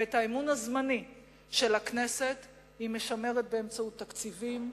ואת האמון הזמני של הכנסת היא משמרת באמצעות תקציבים,